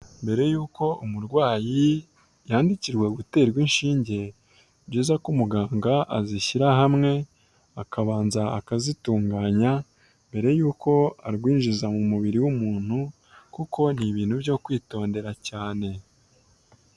Mbere y'uko umurwayi yandikirwa guterwa inshinge ni byiza ko umuganga azishyira hamwe akabanza akazitunganya mbere y'uko arwinjiza mu mubiri w'umuntu kuko ni ibintu byo kwitondera cyane.